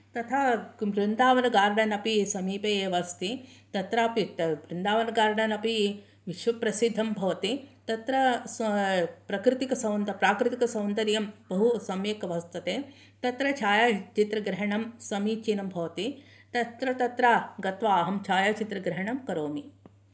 तथा वृन्दावनगार्डन् अपि समीपे एव अस्ति तत्रापि वृन्दावनगार्डन् अपि विश्वप्रसिद्धं भवति तत्र प्रकृतिकसौन्द् प्राकृतिकसौन्दर्यं बहु सम्यक् वर्तते तत्र छायाचित्रग्रहणं समीचिनं भवति तत्र तत्र गत्वा अहं छायाचित्रग्रहणं करोमि